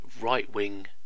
right-wing